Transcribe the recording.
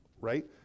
right